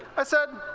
i said,